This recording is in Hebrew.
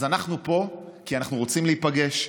אז אנחנו פה כי אנחנו רוצים להיפגש,